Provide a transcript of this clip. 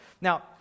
Now